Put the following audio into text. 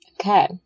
Okay